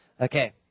Okay